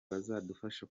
bazadufasha